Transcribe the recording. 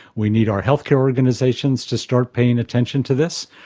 we need our healthcare organisations to start paying attention to this.